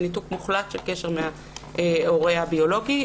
זה ניתוק מוחלט של קשר מההורה הביולוגי,